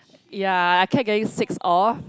ya I kept getting six off